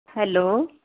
hello